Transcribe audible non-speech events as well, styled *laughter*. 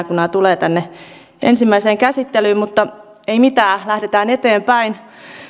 *unintelligible* kun nämä tulevat tänne ensimmäiseen käsittelyyn mutta ei mitään lähdetään eteenpäin